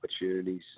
opportunities